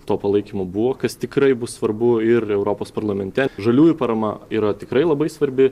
to palaikymo buvo kas tikrai bus svarbu ir europos parlamente žaliųjų parama yra tikrai labai svarbi